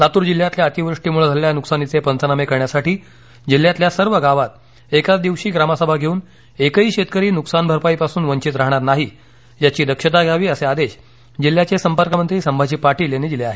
लातर जिल्ह्यातल्या अतिवृष्टीमुळ झालेल्या नुकसानीचे पंचनामे करण्यासाठी जिल्ह्यातल्या सर्व गावात एकाच दिवशी ग्रामसभा घेऊन एकही शेतकरी नुकसान भरपाईपासून वंचित राहणार नाही याची दक्षता घ्यावी असे आदेश जिल्ह्याचे संपर्कमंत्री संभाजी पाटील यांनी दिले आहेत